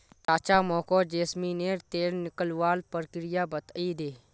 चाचा मोको जैस्मिनेर तेल निकलवार प्रक्रिया बतइ दे